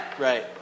right